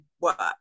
work